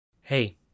Hey